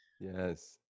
yes